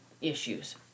issues